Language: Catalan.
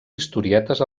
historietes